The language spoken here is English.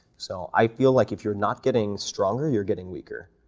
so i feel like if you're not getting stronger, you're getting weaker.